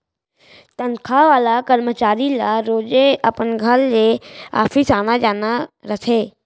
तनखा वाला करमचारी ल रोजे अपन घर ले ऑफिस आना जाना रथे